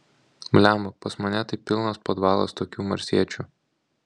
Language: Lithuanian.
blemba pas mane tai pilnas podvalas tokių marsiečių